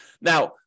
Now